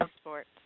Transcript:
Sports